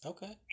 Okay